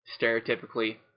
Stereotypically